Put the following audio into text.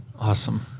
Awesome